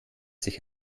sich